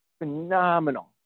phenomenal